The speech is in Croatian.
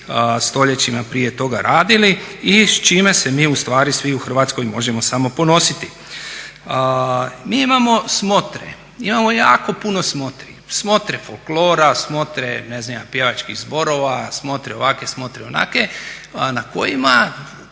stoljećima prije toga radili i s čime se mi ustvari svi u Hrvatskoj možemo samo ponositi. Mi imamo smotre, imamo jako puno smotri, smotre folklora, smotre ne znam ni ja pjevačkih zborova, smotre ovakve, smotre onakve na kojima